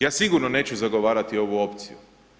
Ja sigurno neću zagovarati ovu opciju.